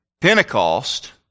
Pentecost